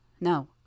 No